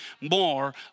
more